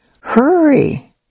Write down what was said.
Hurry